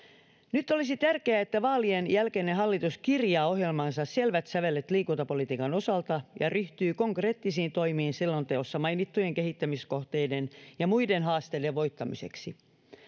nyt olisi tärkeää että vaalien jälkeinen hallitus kirjaa ohjelmaansa selvät sävelet liikuntapolitiikan osalta ja ryhtyy konkreettisiin toimiin selonteossa mainittujen kehittämiskohteiden ja muiden haasteiden voittamiseksi